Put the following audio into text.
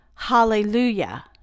Hallelujah